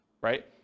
right